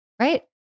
right